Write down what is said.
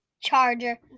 Charger